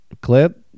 clip